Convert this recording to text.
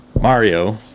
Mario